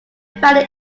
find